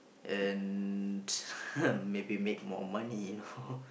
and maybe make more money you know